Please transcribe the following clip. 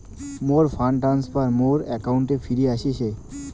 মোর fund transfer মোর অ্যাকাউন্টে ফিরি আশিসে